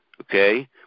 okay